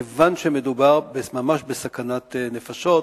כיוון שמדובר ממש בסכנת נפשות.